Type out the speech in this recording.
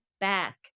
Back